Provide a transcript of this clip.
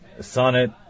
Sonnet